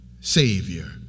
Savior